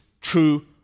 true